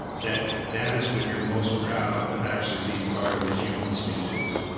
that that is when you're most proud of actually being part of the human species